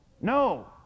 No